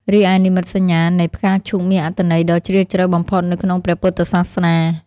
រីឯនិមិត្តសញ្ញានៃ ផ្កាឈូកមានអត្ថន័យដ៏ជ្រាលជ្រៅបំផុតនៅក្នុងព្រះពុទ្ធសាសនា។